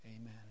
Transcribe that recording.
Amen